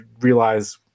realize